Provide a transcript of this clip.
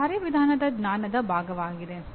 ಅದು ಕಾರ್ಯವಿಧಾನದ ಜ್ಞಾನದ ಭಾಗವಾಗಿದೆ